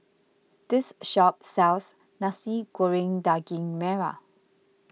this shop sells Nasi Goreng Daging Merah